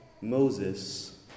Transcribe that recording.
Moses